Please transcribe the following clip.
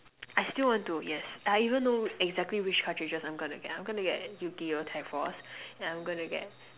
I still want to yes I even know exactly which cartridges I'm gonna get I'm gonna get yu-gi-oh tag force and I'm gonna get